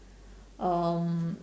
um